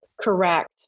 Correct